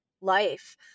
life